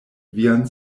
vian